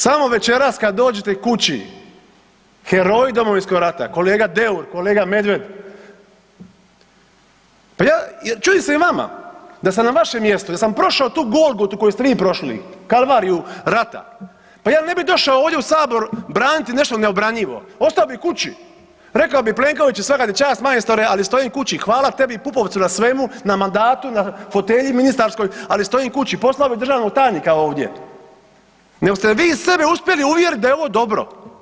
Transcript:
Samo večeras kad dođete kući heroji Domovinskog rata, kolega Deur, kolega Medved, pa ja, čudim se i vama, da sam na vašem mjestu, da sam prošao tu golgotu koju ste vi prošli kalvariju rata, pa ja ne bi došao ovdje u sabor braniti nešto neobranjivo, ostao bi kući, rekao bi Plenkoviću svaka ti čast majstore, ali stojim kući, hvala tebi i Pupovcu na svemu, na mandatu, na fotelji ministarskoj, ali stojim kući, posla bi državnog tajnika ovdje, nego ste vi sebe uspjeli uvjerit da je ovo dobro.